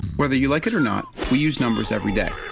whether you like it or not, we use numbers every day.